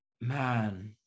man